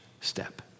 step